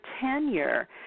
tenure